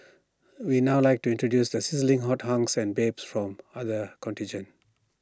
we'd now like to introduce the sizzling hot hunks and babes from other contingents